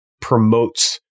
promotes